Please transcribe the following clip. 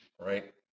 right